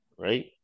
right